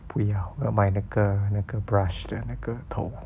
不要我要买那个那个 brush 的那个头